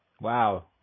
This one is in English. Wow